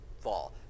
fall